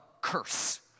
curse